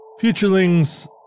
Futurelings